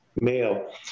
male